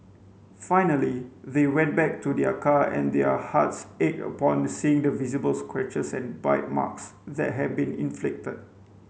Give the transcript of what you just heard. finally they went back to their car and their hearts ached upon seeing the visible scratches and bite marks that had been inflicted